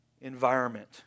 environment